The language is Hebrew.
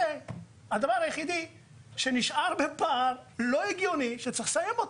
זה הדבר היחיד שנשאר בפער והגיוני שצריך לסגור אותו.